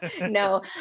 No